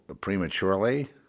prematurely